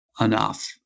enough